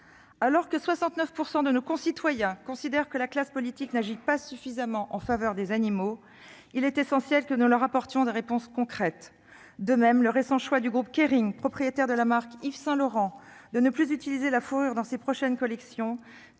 Alors que 69 % de nos concitoyens considèrent que la classe politique n'agit pas suffisamment en faveur des animaux, il est essentiel que nous leur apportions des réponses concrètes. De même, le récent choix du groupe Kering, propriétaire de la marque Yves Saint Laurent, de ne plus utiliser la fourrure dans ses prochaines collections